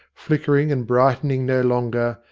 flickering and brightening no longer,